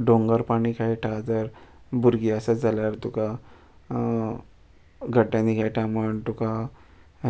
डोंगर पाणी खेळटा जर भुरगीं आसत जाल्यार तुका गड्ड्यानी खेळटा म्हण टुका